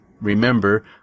remember